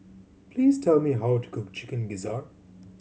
please tell me how to cook Chicken Gizzard